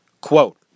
Quote